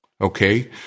Okay